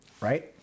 right